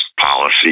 policy